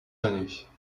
années